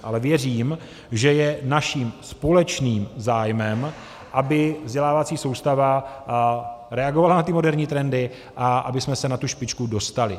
Ale věřím, že je naším společným zájmem, aby vzdělávací soustava reagovala na moderní trendy a abychom se na tu špičku dostali.